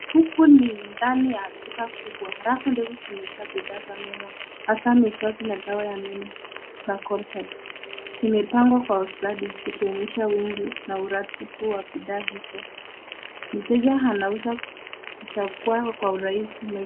Huku ni ndani ya duka kubwa. Rafu ndefu zimejaa bidhaa za meno hasa miswaki na dawa za meno za Colgate. Zimepangwa kwa ustadi zikionyesha wingi na uratibu wa bidhaa hizo. Mteja anaweza kuchagua kwa urahisi mahitaji.